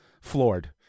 floored